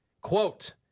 quote